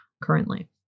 currently